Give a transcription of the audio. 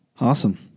Awesome